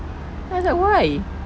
I was like why